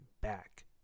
back